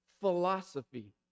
Philosophy